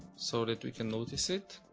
so that we can notice it.